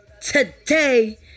Today